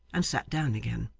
and sat down again.